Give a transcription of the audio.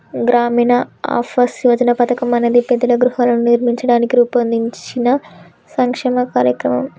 గ్రామీణ ఆవాస్ యోజన పథకం అనేది పేదలకు గృహాలను నిర్మించడానికి రూపొందించిన సంక్షేమ కార్యక్రమం